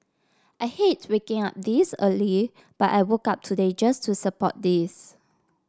I hate waking up this early but I woke up today just to support this